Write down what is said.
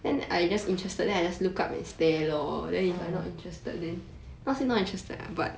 orh